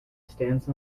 stance